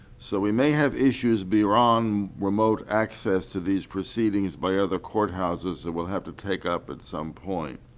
so we may have issues beyond remote access to these proceedings by other courthouses that we'll have to take up at some point.